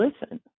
listen